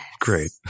Great